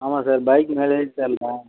ஆமாம் sir bike mileage தரல